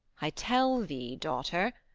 i tell thee, daughter,